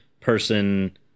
person